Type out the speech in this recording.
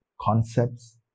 concepts